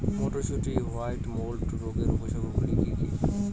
মটরশুটির white mould রোগের উপসর্গগুলি কী কী?